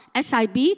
SIB